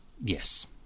Yes